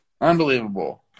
Unbelievable